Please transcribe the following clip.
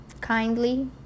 kindly